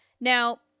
now